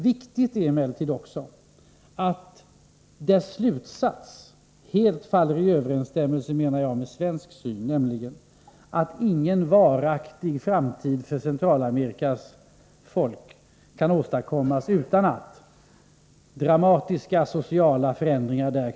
Viktigt är emellertid också, enligt min mening, att kommissionens slutsatser helt överensstämmer med den svenska synen, nämligen att ingen varaktig fred för Centralamerikas folk kan åstadkommas utan att dramatiska sociala förändringar sker.